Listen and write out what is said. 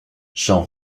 j’en